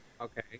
Okay